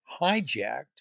hijacked